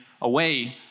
away